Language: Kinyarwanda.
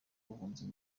ubuhunzi